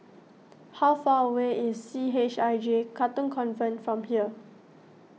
how far away is C H I J Katong Convent from here